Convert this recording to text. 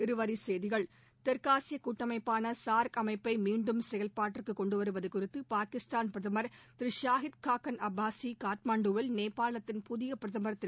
இருவரிச் செய்திகள் தெற்காசிய கூட்டமைப்பான சார்க் அமைப்பை மீண்டும் செயல்பாட்டிற்கு கொண்டு வருவது குறித்து பாகிஸ்தான் பிரதமர் திருசாஹித்கான் அப்பாஸி காட்மாண்டுவில் நேபாளத்தின் புதிய பிரதமர் திரு